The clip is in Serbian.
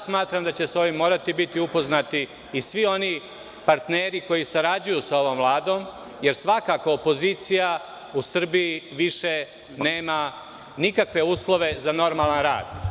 Smatram da će sa ovim morati biti upoznati i svi oni partneri koji sarađuju sa ovom Vladom, jer svakako opozicija u Srbiji više nema nikakve uslove za normalan rad.